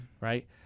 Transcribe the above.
Right